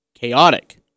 Chaotic